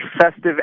festive